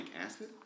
acid